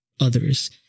others